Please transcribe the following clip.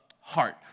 heart